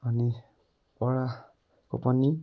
अनि बडाको पनि